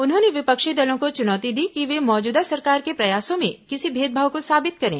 उन्होंने विपक्षी दलों को चुनौती दी कि वे मौजूदा सरकार के प्रयासों में किसी भेदभाव को साबित करें